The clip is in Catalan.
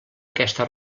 aquesta